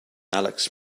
alex